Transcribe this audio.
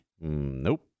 Nope